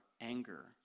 anger